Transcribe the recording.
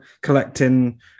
collecting